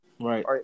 Right